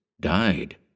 died